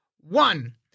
one